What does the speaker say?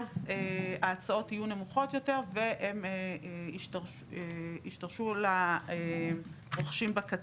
ההצעות יהיו נמוכות יותר והן ישורשרו לרוכשים בקצה.